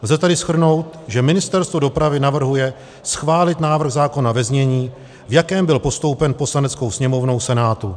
Lze tedy shrnout, že Ministerstvo dopravy navrhuje schválit návrh zákona ve znění, v jakém byl postoupen Poslaneckou sněmovnou Senátu.